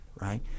right